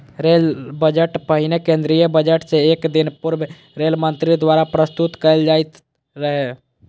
rail budget पहिने केंद्रीय budget सं एक दिन पूर्व रेल मंत्री द्वारा प्रस्तुत कैल जाइत रहै